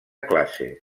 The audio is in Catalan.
classe